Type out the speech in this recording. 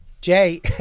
Jay